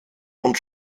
und